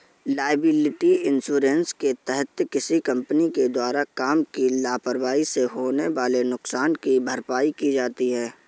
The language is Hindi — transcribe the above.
लायबिलिटी इंश्योरेंस के तहत किसी कंपनी के द्वारा काम की लापरवाही से होने वाले नुकसान की भरपाई की जाती है